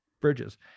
bridges